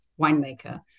winemaker